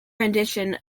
rendition